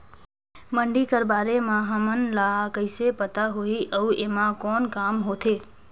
मंडी कर बारे म हमन ला कइसे पता होही अउ एमा कौन काम होथे?